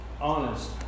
honest